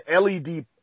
led